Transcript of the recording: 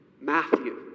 Matthew